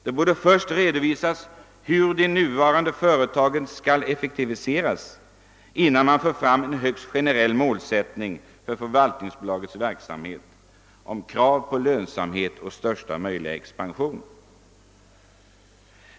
Det borde först redovisas hur de nuvarande företagen skall effektiviseras innan man för fram en högst generell målsättning för förvaltningsbolagets verksamhet med krav på lönsamhet och största möjliga expansion.